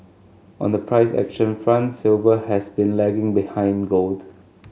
on the price action front silver has been lagging behind gold